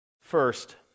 First